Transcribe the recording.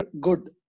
good